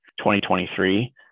2023